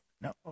No